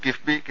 KIIFB K